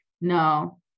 No